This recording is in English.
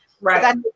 Right